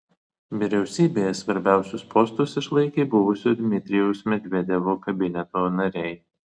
vyriausybėje svarbiausius postus išlaikė buvusio dmitrijaus medvedevo kabineto nariai